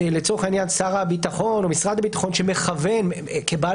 לצורך העניין שר הביטחון או משרד הביטחון שמכוון כבעל